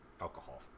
alcohol